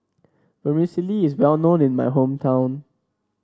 Vermicelli is well known in my hometown